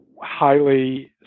highly